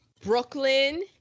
Brooklyn